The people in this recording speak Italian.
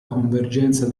convergenza